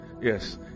Yes